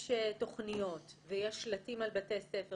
יש תוכניות ויש שלטים על בתי ספר